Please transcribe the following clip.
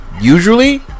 usually